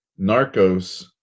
Narcos